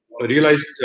realized